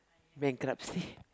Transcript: bankruptcy